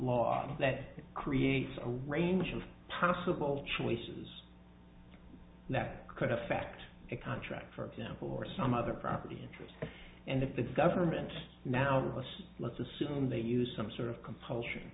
law that creates a range of possible choices that could affect a contract for example or some other property interest and if the government now let's let's assume they use some sort of c